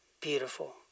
beautiful